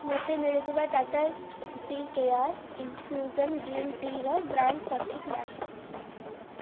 ମୋତେ ମିଳିଥିବା Tata tea care infusion green ଟିର ବ୍ରାଣ୍ଡ୍ ସଠିକ୍ ନାହିଁ